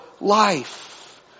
life